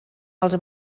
els